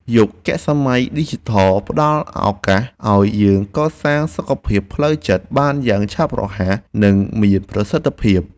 យុគសម័យឌីជីថលផ្តល់ឱកាសឱ្យយើងកសាងសុខភាពផ្លូវចិត្តបានយ៉ាងឆាប់រហ័ស និង មានប្រសិទ្ធភាព។